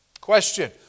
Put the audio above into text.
Question